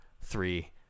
three